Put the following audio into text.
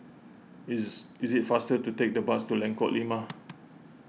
is is it faster to take the bus to Lengkok Lima